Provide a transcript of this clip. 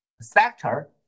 sector